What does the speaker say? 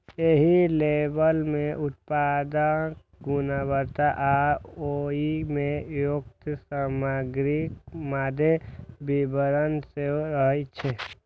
एहि लेबल मे उत्पादक गुणवत्ता आ ओइ मे प्रयुक्त सामग्रीक मादे विवरण सेहो रहै छै